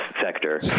sector